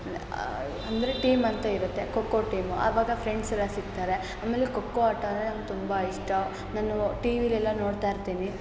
ಅಂದರೆ ಟೀಮ್ ಅಂತ ಇರುತ್ತೆ ಖೋಖೋ ಟೀಮು ಅವಾಗ ಫ್ರೆಂಡ್ಸ್ ಎಲ್ಲ ಸಿಗ್ತಾರೆ ಆಮೇಲೆ ಖೋಖೋ ಆಟ ಅಂದರೆ ನಂಗೆ ತುಂಬ ಇಷ್ಟ ನಾನು ಟೀ ವಿಲೆಲ್ಲ ನೋಡ್ತಾಯಿರ್ತೀನಿ